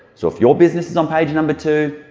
so if your business is on page number two,